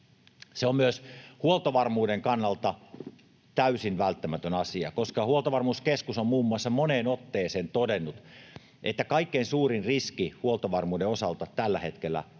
Se on myös huoltovarmuuden kannalta täysin välttämätön asia, koska Huoltovarmuuskeskus on muun muassa moneen otteeseen todennut, että kaikkein suurin riski huoltovarmuuden osalta tällä hetkellä on